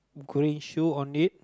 green shoe on it